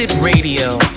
Radio